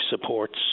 supports